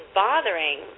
bothering